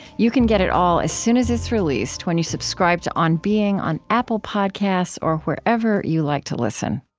you can get it all as soon as it's released when you subscribe to on being on apple podcasts or wherever you like to listen